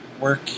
work